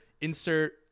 insert